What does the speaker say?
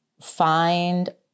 find